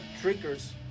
drinkers